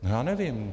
Já nevím.